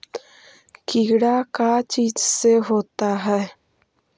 कीड़ा का चीज से होता है?